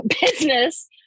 business